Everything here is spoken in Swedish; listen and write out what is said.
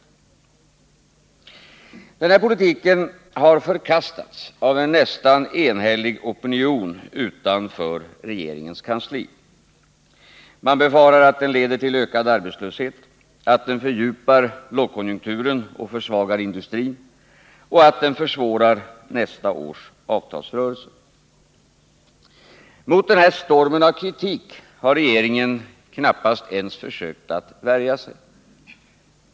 Den här politiken har förkastats av en nästan enhällig opinion utanför regeringens kansli. Man befarar att den leder till ökad arbetslöshet, att den fördjupar lågkonjunkturen och försvagar industrin och att den försvårar nästa års avtalsrörelse. Mot denna storm av kritik har regeringen inte ens försökt värja sig.